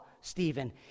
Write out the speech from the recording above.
Stephen